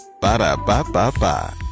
Ba-da-ba-ba-ba